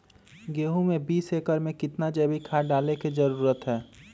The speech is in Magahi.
गेंहू में बीस एकर में कितना जैविक खाद डाले के जरूरत है?